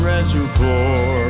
Reservoir